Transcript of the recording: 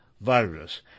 virus